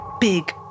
big